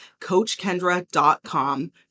CoachKendra.com